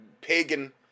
pagan